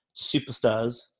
superstars